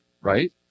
right